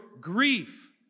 grief